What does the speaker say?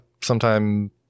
sometime